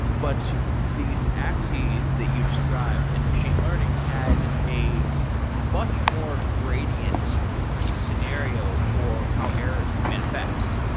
but these axes that you described in machine learning add a much more gradient scenario for how errors can manifest.